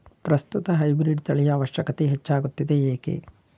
ಪ್ರಸ್ತುತ ಹೈಬ್ರೀಡ್ ತಳಿಯ ಅವಶ್ಯಕತೆ ಹೆಚ್ಚಾಗುತ್ತಿದೆ ಏಕೆ?